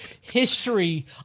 history